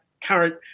current